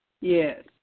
Yes